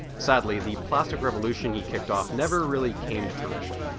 sadly the plastic revolution he kicked off never really came to fruition.